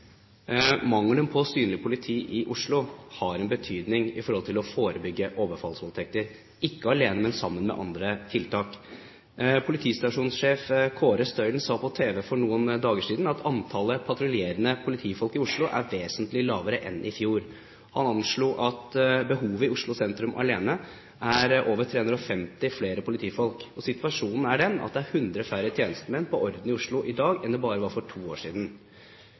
Mangelen på synlig politi i Oslo har en betydning i forhold til å forebygge overfallsvoldtekter – ikke alene, men sammen med andre tiltak. Politistasjonssjef Kåre Stølen sa på TV for noen dager siden at antallet patruljerende politifolk i Oslo er vesentlig lavere enn i fjor. Han anslo at behovet i Oslo sentrum alene er over 350 flere politifolk, og situasjonen er den at det er 100 færre tjenestemenn på orden i Oslo i dag enn det var bare for to år siden.